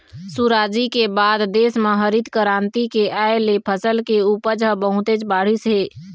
सुराजी के बाद देश म हरित करांति के आए ले फसल के उपज ह बहुतेच बाढ़िस हे